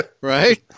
Right